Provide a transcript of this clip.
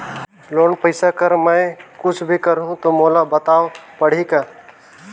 Loan पइसा कर मै कुछ भी करहु तो मोला बताव पड़ही का?